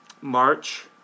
March